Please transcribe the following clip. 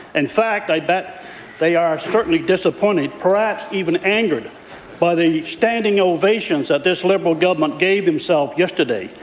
in fact, i bet they are certainly disappointed, perhaps even angered by the standing ovations that this liberal government gave themselves yesterday.